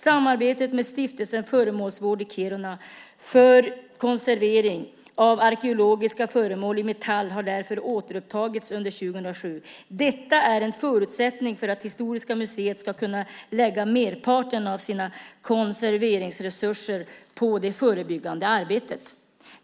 Samarbetet med Stiftelsen föremålsvård i Kiruna för konservering av arkeologiska föremål i metall har därför återupptagits under 2007. Detta är en förutsättning för att Historiska museet ska kunna lägga merparten av sina konserveringsresurser på det förebyggande arbetet.